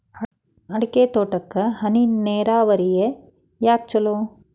ಅಡಿಕೆ ತೋಟಕ್ಕ ಹನಿ ನೇರಾವರಿಯೇ ಯಾಕ ಛಲೋ?